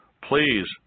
please